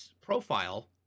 profile